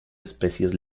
especies